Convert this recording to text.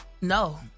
No